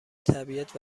طبیعت